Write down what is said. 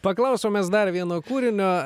paklausom mes dar vieno kūrinio